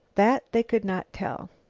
that, they could not tell.